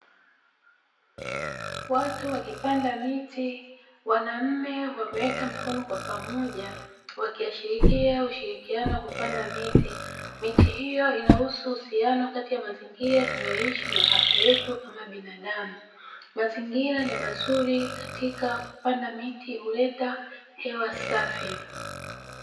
Watu wakipanda miti, wanaume wameweka mikono kwa pamoja wakiashiria ushirikiano kupanda miti. Miti hiyo inahusu uhusiano kati ya mazingira tunayoishi na afya yetu kama binadamu, mazingira ni mazuri katika kupanda miti huleta hewa safi.